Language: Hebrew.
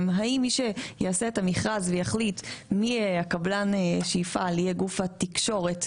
האם מי שיעשה את המכרז ויחליט מי יהיה הקבלן שיפעל יהיה גוף התקשורת,